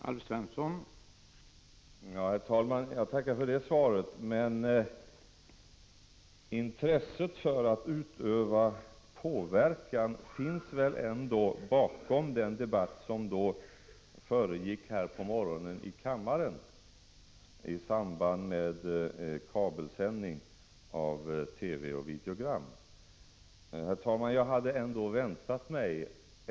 Herr talman! Jag tackar för det kompletterande svaret. Nog finns det väl ändå bakom den debatt som försiggick här i kammaren i dag på morgonen, då frågorna om kabelsändningar av TV-program och videogram togs upp, ett intresse för att utöva påverkan.